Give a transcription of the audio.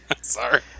Sorry